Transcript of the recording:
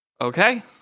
Okay